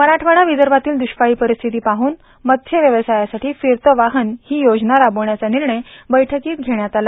मराठवाडा विदर्भातील द्ष्काळी परिस्थिती पाह्न मत्स्य व्यवसायासाठी फिरते वाहन हि योजना राबवण्याचा निर्णय या बैठकीत घेण्यात आला